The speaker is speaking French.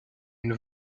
une